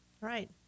Right